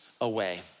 away